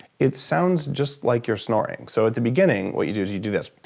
it sounds just like you're snoring. so, at the beginning, what you do is you do this,